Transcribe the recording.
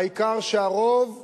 העיקר שהרוב קובע.